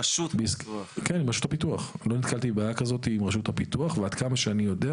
עד כמה שאני יודע,